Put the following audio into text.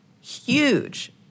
huge